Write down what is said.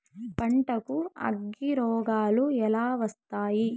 పంటకు అగ్గిరోగాలు ఎలా వస్తాయి?